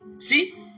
See